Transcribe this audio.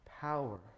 power